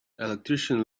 electrician